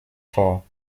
vor